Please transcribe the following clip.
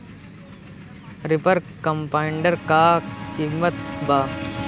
Reaper combiner का किमत बा?